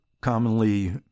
commonly